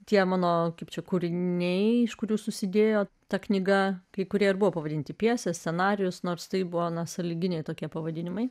tie mano kaip čia kūriniai iš kurių susidėjo ta knyga kai kurie buvo pavadinti pjesė scenarijus nors tai būna sąlyginiai tokie pavadinimai